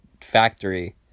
factory